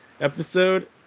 episode